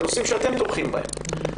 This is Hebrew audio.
בנושאים שאתם תומכים בהם.